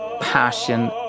passion